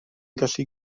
gallu